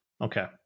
Okay